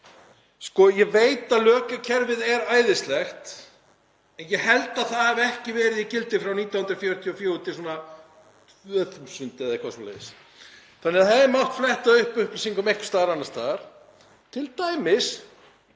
Ég veit að LÖKE-kerfið er æðislegt en ég held að það hafi ekki verið í gildi frá 1944 til 2000 eða eitthvað svoleiðis þannig að það hefði mátt fletta upp upplýsingum einhvers staðar annars staðar, t.d.